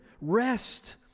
Rest